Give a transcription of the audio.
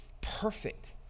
perfect